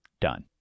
Done